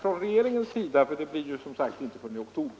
Det sker som sagt inte förrän i oktober.